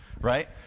right